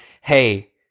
hey